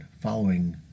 following